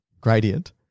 gradient